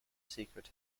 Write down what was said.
secret